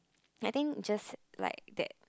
I think just like that